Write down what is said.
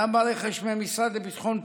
גם ברכש של המשרד לביטחון פנים,